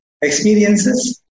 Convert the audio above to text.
experiences